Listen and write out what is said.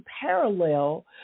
parallel